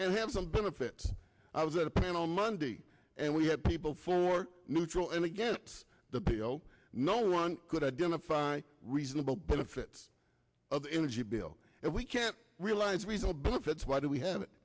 and have some benefits i was a plan on monday and we had people for neutral and against the bill no one could identify reasonable benefits of the energy bill if we can't realize reasonable if it's why do we have it